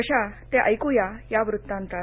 कशा ते ऐकूया या वृत्तांतात